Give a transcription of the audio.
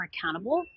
accountable